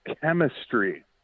chemistry